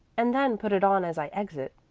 and then put it on as i exit.